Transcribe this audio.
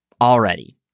already